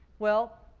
well,